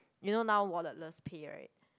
you know now wallet less pay right